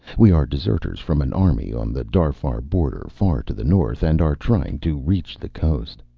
we are deserters from an army on the darfar border, far to the north, and are trying to reach the coast.